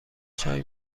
چای